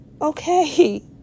Okay